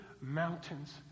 mountains